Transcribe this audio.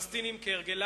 אגב,